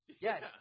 Yes